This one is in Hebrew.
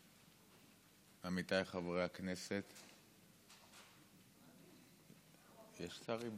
עמיתיי חברי הכנסת, יש שרים?